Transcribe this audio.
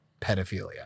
pedophilia